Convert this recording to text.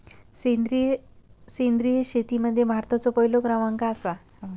सेंद्रिय शेतीमध्ये भारताचो पहिलो क्रमांक आसा